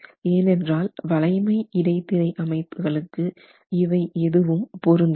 ஏனென்றால் வளைமை இடைத்திரை அமைப்புகளுக்கு இவை எதுவும் பொருந்தாது